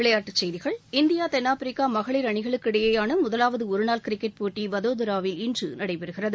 விளையாட்டுச் செய்திகள் இந்தியா தென்னாப்பிரிக்கா மகளிர் அணிகளுக்கு இடையிலான முதலாவது ஒருநாள் கிரிக்கெட் போட்டி வதோதராவில் இன்று நடைபெறுகிறது